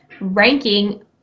ranking